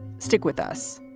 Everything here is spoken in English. stick with us